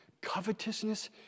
Covetousness